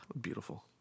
Beautiful